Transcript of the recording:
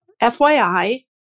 FYI